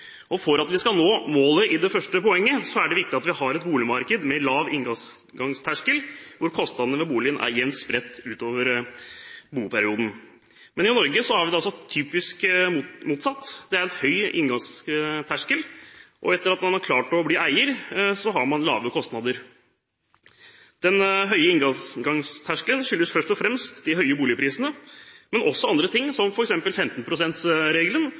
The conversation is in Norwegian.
og boligprisene, er å framskaffe nok boliger. For at vi skal nå målene når det gjelder det første poenget, er det viktig at vi har et boligmarked med lav inngangsterskel, hvor kostnadene ved boligen er jevnt spredd utover boperioden. I Norge i dag er det typisk at det er motsatt. Man har en høy inngangsterskel, og etter at man har klart å bli eier, har man lave kostnader. Den høye inngangsterskelen skyldes først og fremst de høye boligprisene, men også andre ting, som 15